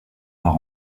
par